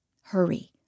hurry